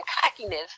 cockiness